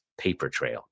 PaperTrail